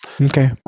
Okay